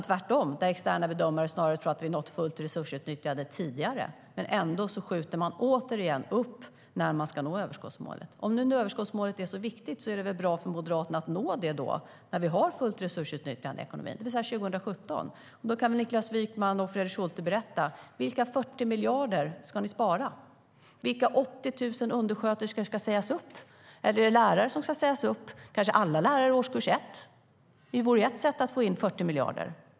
Tvärtom tror externa bedömare snarare att vi når fullt resursutnyttjande tidigare. Ändå skjuter man återigen upp när man ska nå överskottsmålet. Om nu överskottsmålet är så viktigt är det väl bra för Moderaterna att nå det när vi har fullt resursutnyttjande i ekonomin, det vill säga 2017. Niklas Wykman och Fredrik Schulte kan väl berätta: Vilka 40 miljarder ska ni spara? Vilka 80 000 undersköterskor ska sägas upp? Eller är det lärare som ska sägas upp, kanske alla lärare i årskurs 1? Det vore ett sätt att få in 40 miljarder.